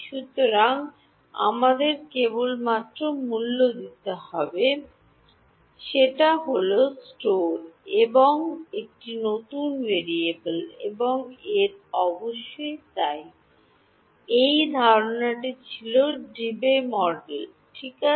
সুতরাং আমাদের কেবলমাত্র মূল্য দিতে হবে হল স্টোর হ্যাঁ একটি নতুন ভেরিয়েবল এবং এর অবশ্যই তাই এই ধারনাটি ছিল দেবি মডেল ঠিক আছে